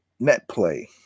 netplay